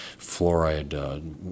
fluoride